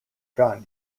gun